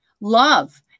love